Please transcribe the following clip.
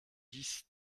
dix